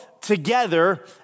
together